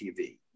TV